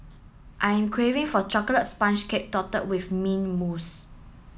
I am craving for a chocolate sponge cake with mint mousse